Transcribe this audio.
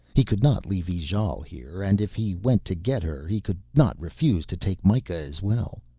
he could not leave ijale here, and if he went to get her he could not refuse to take mikah as well.